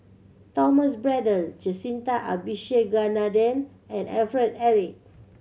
Thomas Braddell Jacintha Abisheganaden and Alfred Eric